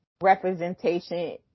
representation